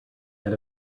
had